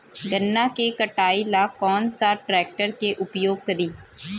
गन्ना के कटाई ला कौन सा ट्रैकटर के उपयोग करी?